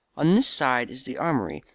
on this side is the armoury,